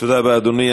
תודה רבה, אדוני.